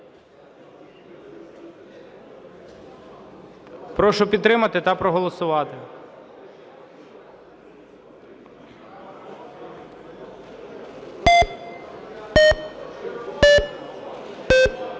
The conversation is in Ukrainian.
Прошу підтримати та проголосувати.